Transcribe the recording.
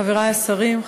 חברי השרים,